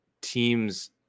teams